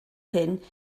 hyn